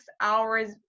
hours